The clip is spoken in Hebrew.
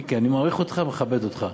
מיקי, אני מעריך אותך ומכבד אותך.